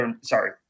sorry